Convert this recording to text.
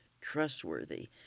trustworthy